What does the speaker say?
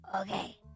okay